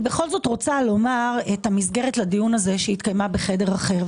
אני בכל זאת רוצה לומר את המסגרת לדיון הזה שהתקיימה בחדר אחר.